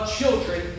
children